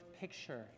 picture